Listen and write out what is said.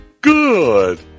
Good